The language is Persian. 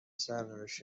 سرنوشت